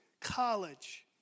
college